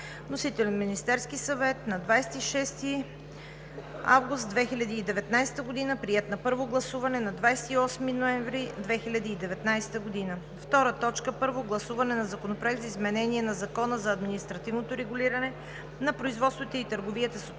Вносител – Министерският съвет, на 26 август 2019 г., приет на първо гласуване на 28 ноември 2019 г. 2. Първо гласуване на Законопроекта за изменение на Закона за административното регулиране, на производството и търговията с оптични